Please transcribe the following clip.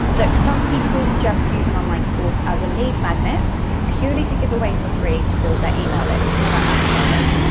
look, some people just use an online course as a lead magnet purely to give away for free to build their email list, more about that in a moment.